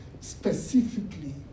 specifically